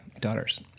daughters